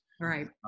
Right